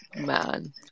man